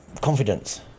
confidence